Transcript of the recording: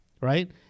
right